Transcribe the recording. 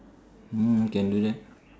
mm can do that